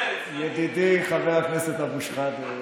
ידידי חבר הכנסת אבו שחאדה,